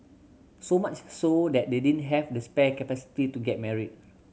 so much so that they didn't have the spare capacity to get married